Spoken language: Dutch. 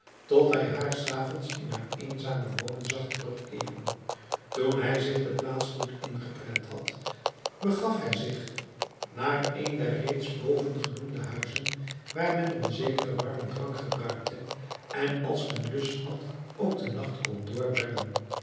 tot hij haar s avonds in haar eenzame woning zag terugkeeren toen hij zich de plaats goed ingeprent had begaf hij zich naar een der reeds boven genoemde huizen waar men een zekeren warmen drank gebruikte en als men lust had ook den nacht kon doorbrengen